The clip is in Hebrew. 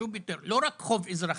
לא רק חוב אזרחי,